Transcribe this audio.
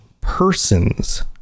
persons